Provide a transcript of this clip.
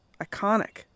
iconic